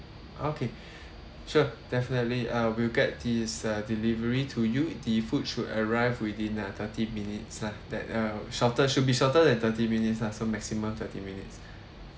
okay sure definitely uh will get these uh delivery to you the food should arrive within uh thirty minutes lah that uh shorter should be shorter than thirty minutes lah so maximum thirty minutes